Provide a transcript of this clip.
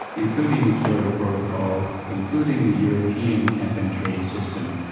including the kyoto protocol, including the european cap and trade system,